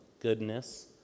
goodness